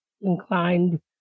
inclined